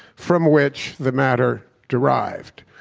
from which the matter derived?